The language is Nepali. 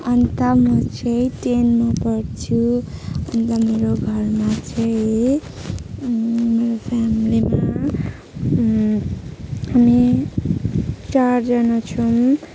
अन्त म चाहिँ टेनमा पढ्छु अन्त मेरो घरमा चाहिँ मेरो फ्यामिलीमा हामी चारजना छौँ